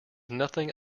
nothing